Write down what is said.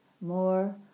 more